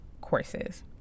courses